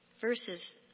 verses